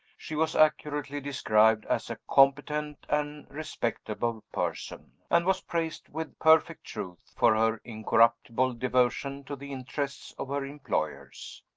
she was accurately described as a competent and respectable person and was praised, with perfect truth, for her incorruptible devotion to the interests of her employers.